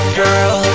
girl